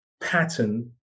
pattern